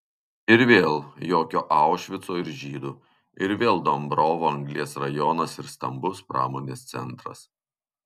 ir vėl jokio aušvico ir žydų ir vėl dombrovo anglies rajonas ir stambus pramonės centras